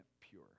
pure